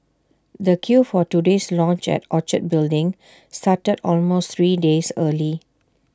the queue for today's launch at Orchard building started almost three days early